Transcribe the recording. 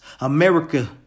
America